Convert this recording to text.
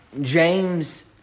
James